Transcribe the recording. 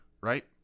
right